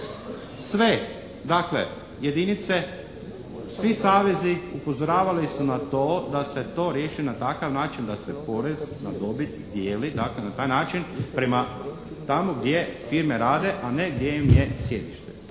sve dakle jedinice, svi savezi upozoravali su na to da se to riješi na takav način da se porez na dobit dijeli, dakle na taj način prema tamo gdje firme rade, a ne gdje im je sjedište.